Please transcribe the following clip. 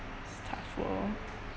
it's a tough world